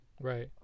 Right